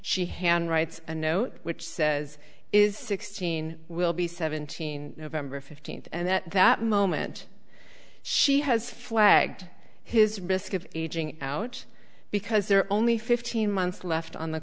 she hand writes a note which says is sixteen will be seventeen november fifteenth and that that moment she has flagged his risk of aging out because there are only fifteen months left on the